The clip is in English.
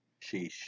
Sheesh